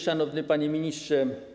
Szanowny Panie Ministrze!